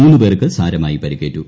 മൂന്ന് പേർക്ക് സാരമായി പരിക്കേറ്റു